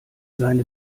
seine